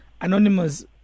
Anonymous